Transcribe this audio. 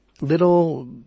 Little